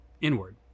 inward